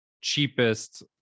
cheapest